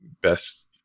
best